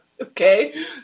Okay